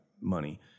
money